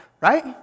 right